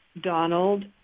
Donald